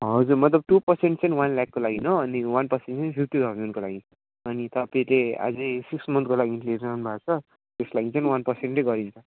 हजुर मतलब two percent चाहिँ वन लेकको लागि हो अन्ली वन पर्सेन्ट चाहिँ फिफ्टी थाउजेन्डको लागि अनि तपाईँले अझै सिक्स मन्थको लागि लिइरहनु भएको छ त्यसको लागि चाहिँ म वन पर्सेन्टै गरिन्छ